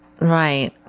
Right